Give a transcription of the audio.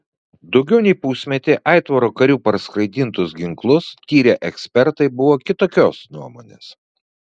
daugiau nei pusmetį aitvaro karių parskraidintus ginklus tyrę ekspertai buvo kitokios nuomonės